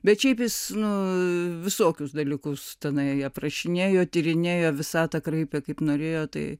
bet šiaip jis nu visokius dalykus tenai aprašinėjo tyrinėjo visatą kraipė kaip norėjo tai